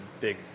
big